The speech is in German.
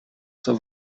zur